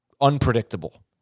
unpredictable